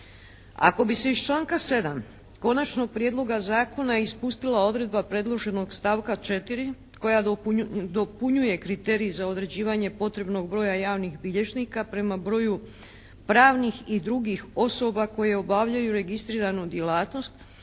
Ako bi se iz članka 7. konačnog prijedloga zakona ispustila odredba predloženog stavka 4. koja dopunjuje kriterij za određivanje potrebnog broja javnih bilježnika prema broju pravnih i drugih osoba koje obavljaju registriranu djelatnost